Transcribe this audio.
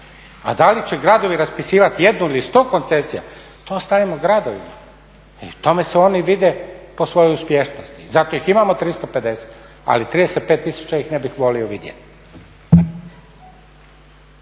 A da li će gradovi raspisivati jednu ili sto koncesija, to ostaje na gradovima i u tome se oni vide po svojoj uspješnosti. Zato ih imamo 350, ali 35 tisuća ih ne bih volio vidjeti.